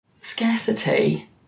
Scarcity